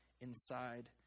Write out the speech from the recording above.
inside